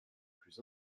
plus